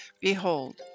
Behold